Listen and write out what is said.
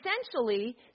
essentially